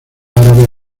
árabe